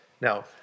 Now